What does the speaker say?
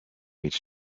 each